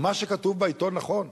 אם מה שכתוב בעיתון נכון,